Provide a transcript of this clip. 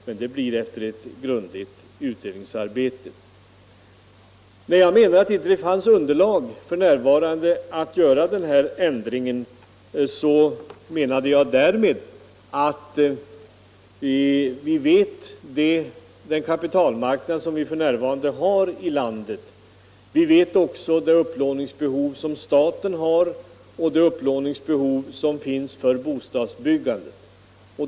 Men det får ske efter som vanligt grundlig utredning. När jag sade att det inte finns underlag för närvarande att göra den här ändringen menade jag därmed att vi känner till den nuvarande situationen på kapitalmarknaden. Vi vet också vilket upplåningsbehov staten har och vilket upplåningsbehov som finns för bostadsbyggandet.